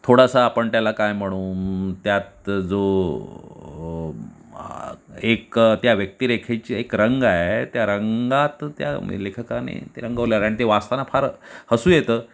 थोडासा आपण त्याला काय म्हणू त्यात जो एक त्या व्यक्तिरेखेची एक रंग आहे त्या रंगात त्या लेखकाने ते रंगवलं आहे कारण ते वाचतांना फार हसू येतं